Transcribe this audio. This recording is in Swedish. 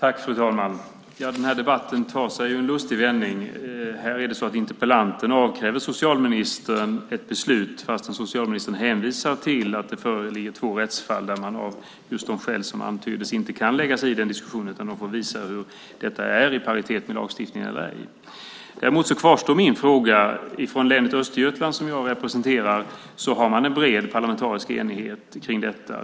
Fru talman! Den här debatten tar sig en lustig vändning. Här är det så att interpellanten avkräver socialministern ett beslut fastän socialministern hänvisar till att det föreligger två rättsfall där man av just de skäl som antyddes inte kan lägga sig i den diskussionen, utan den får visa om detta är i paritet med lagstiftningen eller ej. Däremot kvarstår min fråga från länet Östergötland, som jag representerar, där man har en bred parlamentarisk enighet kring detta.